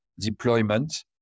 deployment